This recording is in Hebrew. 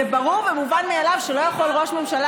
אז למה הבורות הזו?